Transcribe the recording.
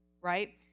right